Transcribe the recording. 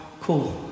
cool